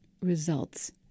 results